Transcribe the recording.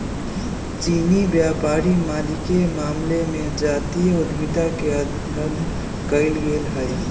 चीनी व्यापारी मालिके मामले में जातीय उद्यमिता के अध्ययन कएल गेल हइ